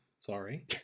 sorry